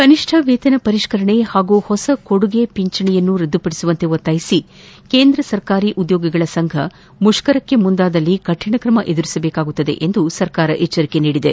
ಕನಿಷ್ನ ವೇತನ ಪರಿಷ್ನರಣೆ ಹಾಗೂ ಹೊಸ ಕೊಡುಗೆ ಪಿಂಚಣಿಯನ್ನು ರದ್ದುಪಡಿಸುವಂತೆ ಒತ್ತಾಯಿಸಿ ಕೇಂದ್ರ ಸರ್ಕಾರಿ ಉದ್ಯೋಗಿಗಳ ಸಂಘ ಮುಷ್ಕರಕ್ಕೆ ಮುಂದಾದ್ದಲ್ಲಿ ಕಠಣಕ್ರಮ ಎದುರಿಸಬೇಕಾಗುತ್ತದೆ ಎಂದು ಸರ್ಕಾರ ಎಚ್ಚರಿಕೆ ನೀಡಿದೆ